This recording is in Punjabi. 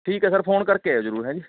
ਠੀਕ ਹੈ ਸਰ ਫੋਨ ਕਰ ਕੇ ਆਇਓ ਜ਼ਰੂਰ ਹੈ ਜੀ